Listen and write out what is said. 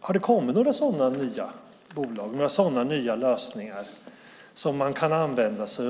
Har det kommit några nya bolag eller lösningar som kan användas?